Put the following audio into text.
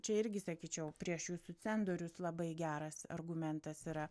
čia irgi sakyčiau prieš jūsų cendorius labai geras argumentas yra